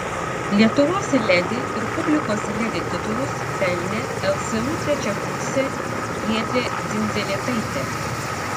lietuvos ledi ir publikos ledi titulus pelnė lsu trečiakursė giedrė dzindzelėtaitė